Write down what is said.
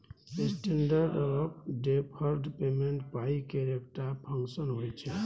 standard of deferred payment पाइ केर एकटा फंक्शन होइ छै